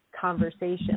conversation